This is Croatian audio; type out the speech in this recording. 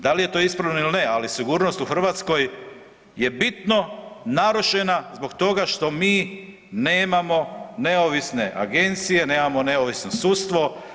Da li je to ispravno ili ne, ali sigurnost u Hrvatskoj je bitno narušena zbog toga što mi nemamo neovisne agencije, nemamo neovisno sudstvo.